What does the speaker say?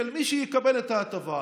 של מי שיקבל את ההטבה,